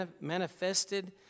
manifested